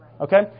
Okay